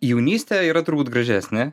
jaunystė yra turbūt gražesnė